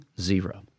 zero